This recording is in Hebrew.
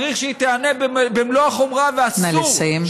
צריך שהיא תיענה במלוא החומרה, נא לסיים.